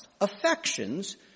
affections